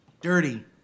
Dirty